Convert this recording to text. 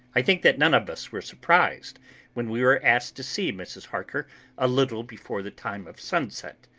i think that none of us were surprised when we were asked to see mrs. harker a little before the time of sunset.